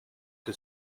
que